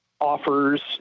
offers